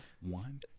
One